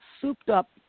souped-up